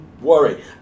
worry